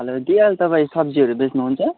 hello दिदी अहिले तपाईँ सब्जीहरू बेच्नुहुन्छ